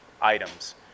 items